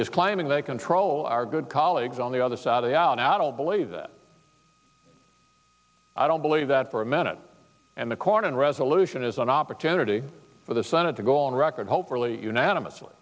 is claiming they control our good colleagues on the other side of the out believe that i don't believe that for a minute and the corn resolution is an opportunity for the senate to go on record hopefully unanimously